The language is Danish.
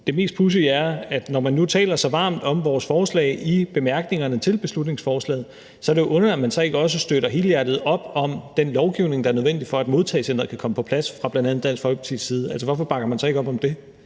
og underlige er, at når man taler så varmt om vores forslag i bemærkningerne til beslutningsforslaget, så vil man ikke også støtte helhjertet op om den lovgivning, der er nødvendig for at modtagecenteret kan komme på plads. Altså, hvorfor bakker Dansk Folkeparti så ikke op om det?